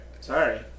Sorry